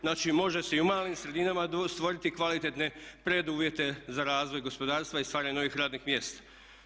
Znači može se i u malim sredinama stvoriti kvalitetne preduvjete za razvoj gospodarstva i stvaranje novih radnih mjesta.